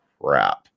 crap